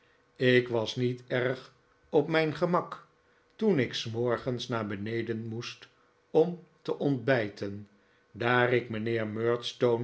ik was niet erg op mijn gemak toen ik s morgens naar beneden moest om te ontbijten daar ik mijnheer